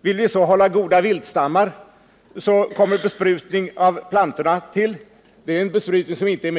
Vill man hålla goda viltstammar, tillkommer besprutning av plantorna. Det är inte en giftbesprutning